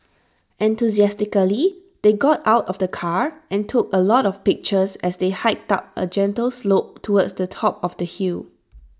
enthusiastically they got out of the car and took A lot of pictures as they hiked up A gentle slope towards the top of the hill